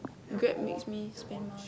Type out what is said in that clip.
Grab makes me spend mon~